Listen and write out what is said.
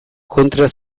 kontra